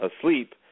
asleep